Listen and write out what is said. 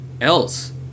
else